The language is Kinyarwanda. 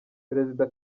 perezida